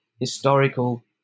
historical